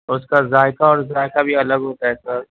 اُس کا ذائقہ اور ذائقہ بھی الگ ہوتا ہے سر